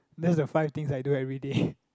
that's the five things I do every day